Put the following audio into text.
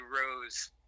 Rose